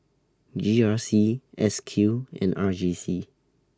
G R C S Q and R J C